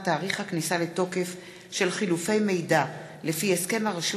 תאריך הכניסה לתוקף של חילופי מידע לפי הסכם הרשות